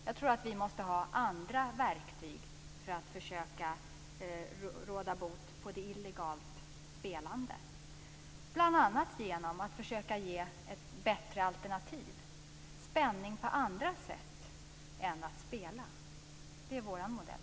Jag tror att vi måste ha andra verktyg för att försöka råda bot på det illegala spelandet, bl.a. genom att försöka ge ett bättre alternativ. Spänning på andra sätt än att spela är vår modell.